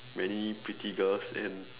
many pretty girls and